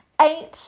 Eight